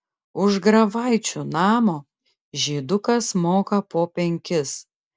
už grafaičių namo žydukas moka po penkis